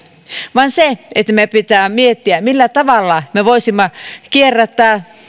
vaan se että meidän pitää miettiä millä tavalla me voisimme kierrättää